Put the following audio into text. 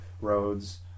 roads